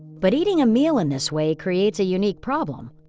but eating a meal in this way creates a unique problem.